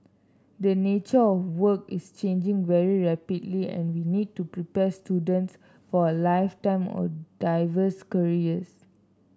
the nature of work is changing very rapidly and we need to prepare students for a lifetime of diverse careers